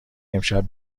امشب